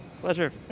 Pleasure